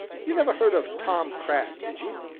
you never heard of tom cragg, did you?